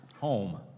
home